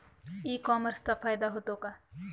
E कॉमर्सचा फायदा होतो का?